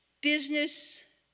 business